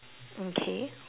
okay